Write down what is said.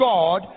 God